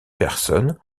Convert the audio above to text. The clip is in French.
personnes